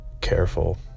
careful